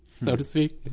so to speak